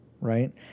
right